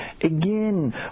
Again